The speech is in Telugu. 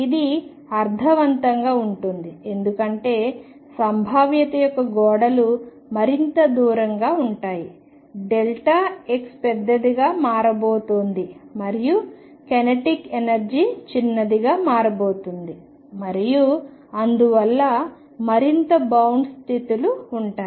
ఇది అర్థవంతంగా ఉంటుంది ఎందుకంటే సంభావ్యత యొక్క గోడలు మరింత దూరంగా ఉంటాయి డెల్టా x పెద్దదిగా మారబోతోంది మరియు కైనెటిక్ ఎనర్జీ చిన్నదిగా మారబోతోంది మరియు అందువల్ల మరింత బౌండ్ స్థితులు ఉంటాయి